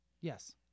yes